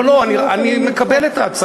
לא, אני מקבל את ההצעה.